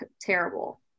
terrible